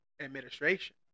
administration